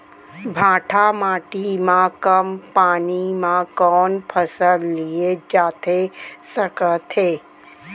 भांठा माटी मा कम पानी मा कौन फसल लिए जाथे सकत हे?